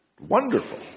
wonderful